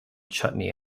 chutney